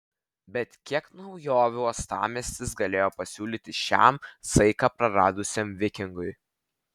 bet kiek naujovių uostamiestis galėjo pasiūlyti šiam saiką praradusiam vikingui